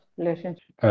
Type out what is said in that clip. relationship